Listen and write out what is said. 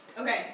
Okay